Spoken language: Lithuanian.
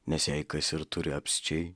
nes jei kas ir turi apsčiai